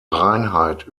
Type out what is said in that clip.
reinheit